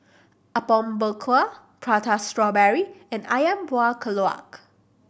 Apom Berkuah Prata Strawberry and Ayam Buah Keluak